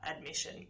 admission